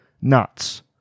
nuts